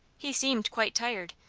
he seemed quite tired,